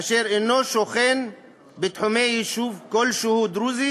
אשר אינו שוכן בתחומי יישוב דרוזי